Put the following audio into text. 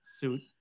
suit